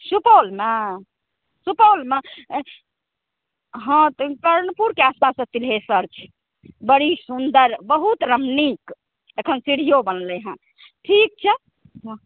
सुपौलमे सुपौलमे हँ तऽ कर्णपुरके आसपास सिन्घेश्वर छै बड़ी सुन्दर बहुत रमणीक एखन सीढ़िओ बनलै हँ ठीक छै